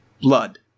Blood